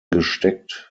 gesteckt